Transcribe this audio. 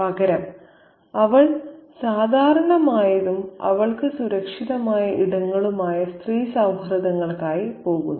പകരം അവൾ സാധാരണമായതും അവൾക്ക് സുരക്ഷിതമായ ഇടങ്ങളുമായ സ്ത്രീ സൌഹൃദങ്ങൾക്കായി പോകുന്നു